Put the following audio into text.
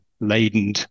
laden